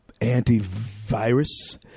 antivirus